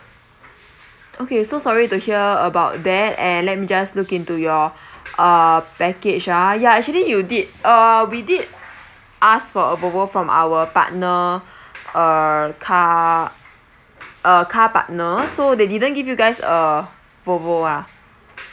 okay so sorry to hear about that and let me just look into your uh package ah ya actually you did uh we did ask for a volvo from our partner uh car uh car partners so they didn't give you guys a volvo ah